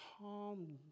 Calm